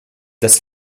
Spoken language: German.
das